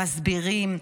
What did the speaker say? מסבירים,